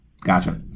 Gotcha